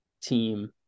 team